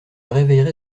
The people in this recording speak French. réveillerai